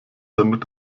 damit